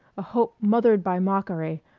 a hope mothered by mockery,